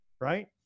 Right